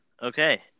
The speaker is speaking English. Okay